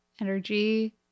energy